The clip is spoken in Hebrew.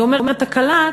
אני אומרת "תקלה",